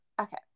Okay